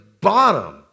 bottom